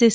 S